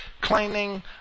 claiming